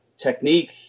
technique